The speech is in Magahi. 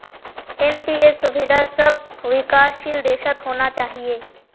एन.पी.एस सुविधा सब विकासशील देशत होना चाहिए